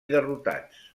derrotats